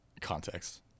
Context